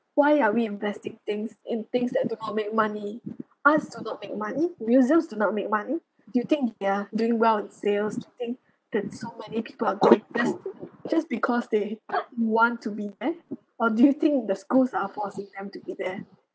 why are we investing things in things that do not make money arts do not make money museums do not make money do you think they are doing well in sales do you think that so many people are going just just because they want to be there or do you think the schools are forcing them to be there